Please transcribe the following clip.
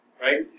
right